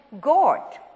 God